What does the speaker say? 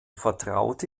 vertraute